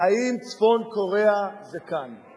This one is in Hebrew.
האם צפון-קוריאה זה כאן?